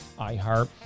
iHeart